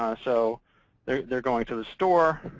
um so they're they're going to the store,